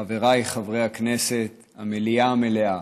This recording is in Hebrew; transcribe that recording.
חבריי חברי הכנסת, המליאה המלאה,